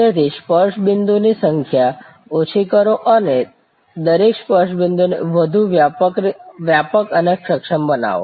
તેથી સ્પર્શ બિંદુ ની સંખ્યા ઓછી કરો અને દરેક સ્પર્શ બિંદુ ને વધુ વ્યાપક અને સક્ષમ બનાવો